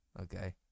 Okay